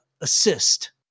assist